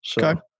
Okay